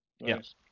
Yes